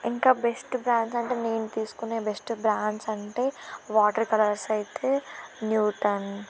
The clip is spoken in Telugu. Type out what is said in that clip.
ఇంకా బెస్ట్ బ్రాండ్స్ అంటే నేను తీసుకునే బెస్ట్ బ్రాండ్స్ అంటే వాటర్ కలర్స్ అయితే న్యూటన్